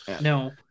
no